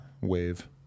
wave